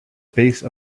base